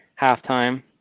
halftime